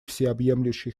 всеобъемлющий